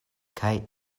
kaj